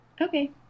Okay